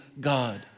God